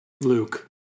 Luke